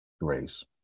grace